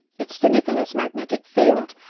it's the niccola's magnetic field.